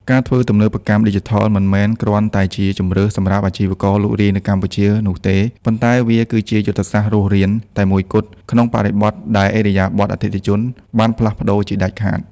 ការធ្វើទំនើបកម្មឌីជីថល មិនមែនគ្រាន់តែជា "ជម្រើស" សម្រាប់អាជីវករលក់រាយនៅកម្ពុជានោះទេ ប៉ុន្តែវាគឺជា "យុទ្ធសាស្ត្ររស់រាន" តែមួយគត់ ក្នុងបរិបទដែលឥរិយាបថអតិថិជនបានផ្លាស់ប្តូរជាដាច់ខាត។